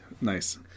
nice